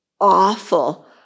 awful